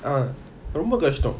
ஆமா ரொம்ப கஷ்டம்:ama romba kastam